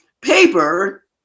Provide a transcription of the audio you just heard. paper